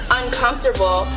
uncomfortable